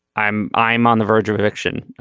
i'm i'm on the verge of eviction.